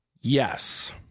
Yes